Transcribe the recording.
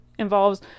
involves